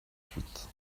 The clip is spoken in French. huit